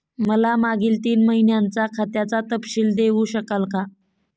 मला मागील तीन महिन्यांचा खात्याचा तपशील देऊ शकाल का?